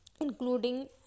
including